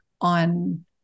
on